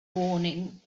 warnings